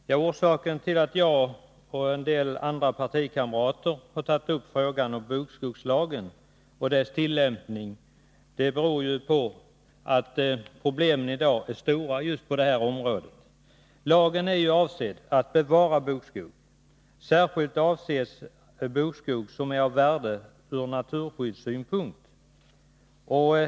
Fru talman! Orsaken till att jag och några partikamrater till mig har tagit upp frågan om bokskogslagen och dess tillämpning är att problemen i dag är stora just på detta område. Lagen avser att bevara och utveckla bokskogen, särskilt den bokskog som är av värde ur naturskyddssynpunkt.